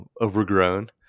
overgrown